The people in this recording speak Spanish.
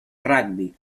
rugby